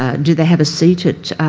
ah do they have a seat